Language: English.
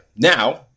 Now